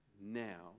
now